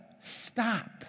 stop